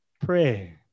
pray